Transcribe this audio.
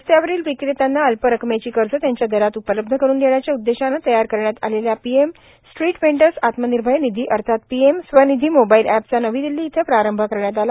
रस्त्यावरील विक्रेत्यांना अल्प रकमेची कर्ज त्यांच्या दरात उपलब्ध करून देण्याच्या उद्देशानं तयार करण्यात आलेल्या PM street vendors Atmanirbhar Nidhi अर्थात पीएम स्वनिधी मोबाईल अप्रचा नवी दिल्ली इथं प्रारंभ करण्यात आला